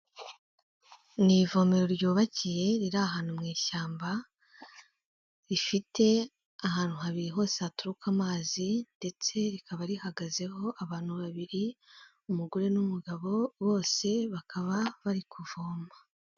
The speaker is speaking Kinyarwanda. Ni ivomero ryubakiye riri ahantu mu ishyamba, rifite ahantu habiri hose haturuka amazi ndetse rikaba rihagazeho abantu babiri, umugore n'umugabo, bose bakaba bari kuvoma.